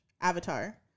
Avatar